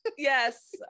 Yes